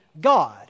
God